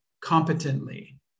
competently